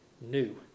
new